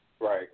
Right